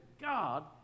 God